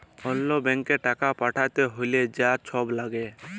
অল্য ব্যাংকে টাকা পাঠ্যাতে হ্যলে যা ছব ল্যাগে